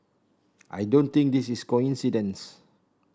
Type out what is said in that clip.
I don't think this is a coincidence